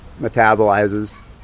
metabolizes